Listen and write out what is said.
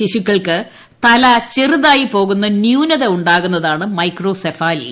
ശിശുക്കൾക്ക് തല ചെറുതായി പോകുന്ന ന്യൂനത ഉണ്ടാകുന്നതാണ് മൈക്രോസെഫാലി